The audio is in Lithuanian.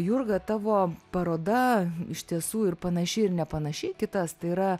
jurga tavo paroda iš tiesų ir panaši ir nepanaši į kitas tai yra